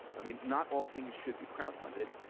i mean, not all things should be crowdfunded,